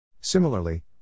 Similarly